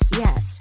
yes